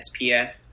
SPF